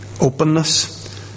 openness